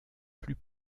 plus